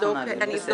אני אבדוק אישית.